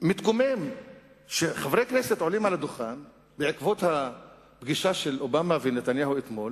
מתקומם שחברי כנסת עולים על הדוכן בעקבות הפגישה של אובמה ונתניהו אתמול